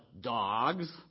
dogs